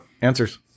Answers